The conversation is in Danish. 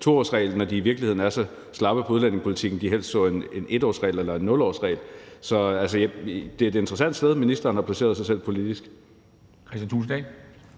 2-årsregel, når de i virkeligheden er så slappe i udlændingepolitikken, at de helst så en 1-årsregel eller en 0-årsregel. Så det er et interessant sted, ministeren har placeret sig selv politisk. Kl.